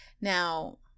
now